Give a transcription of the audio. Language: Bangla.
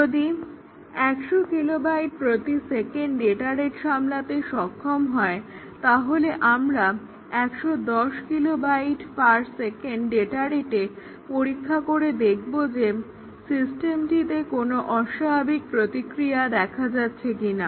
যদি 100 কিলো বাইট প্রতি সেকেন্ড ডেটা রেড সামলাতে সক্ষম হয় আমরা তাহলে 110 kilobyte per second data রেটে আমরা পরীক্ষা করে দেখবো যে সিস্টেমটিতে কোনো অস্বাভাবিক প্রতিক্রিয়া দেখা যাচ্ছে কিনা